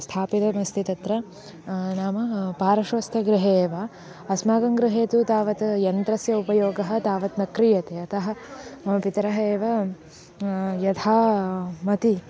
स्थापितमस्ति तत्र नाम पार्श्वस्थगृहे एव अस्माकं गृहे तु तावत् यन्त्रस्य उपयोगः तावत् न क्रियते अतः मम पितरः एव यथामति